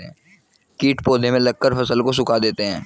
कीट पौधे में लगकर फसल को सुखा देते हैं